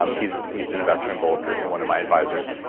um he's he's an investor in bulletproof and one of my advisors.